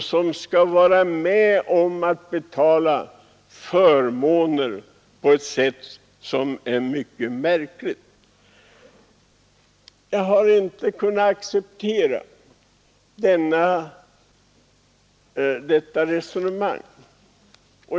Trots detta skall de vara med om att betala dessa anmärkningsvärda förmåner. Jag har inte kunnat acceptera denna ordning.